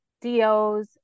DOs